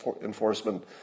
enforcement